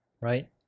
right